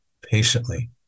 patiently